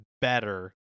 better